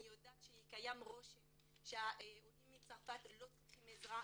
אני יודעת שיש רושם שהעולים מצרפת לא צריכים עזרה.